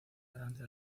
delante